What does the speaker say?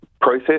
process